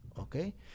okay